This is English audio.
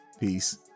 Peace